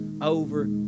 over